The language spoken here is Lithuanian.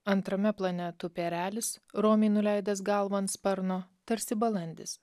antrame plan tupi erelis romiai nuleidęs galvą ant sparno tarsi balandis